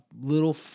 little